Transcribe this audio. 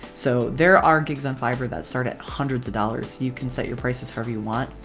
so there are gigs on fiverr that start at hundreds of dollars. you can set your prices however you want.